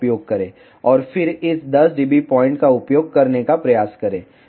और फिर इस 10 dB पॉइंट का उपयोग करने का प्रयास करें